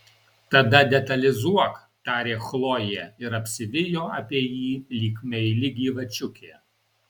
tada detalizuok tarė chlojė ir apsivijo apie jį lyg meili gyvačiukė